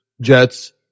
Jets